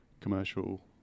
commercial